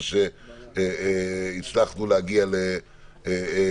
שהביא גם לכך שהצלחנו להגיע להבנות.